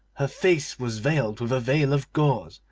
her face was veiled with a veil of gauze,